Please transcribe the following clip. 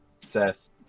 Seth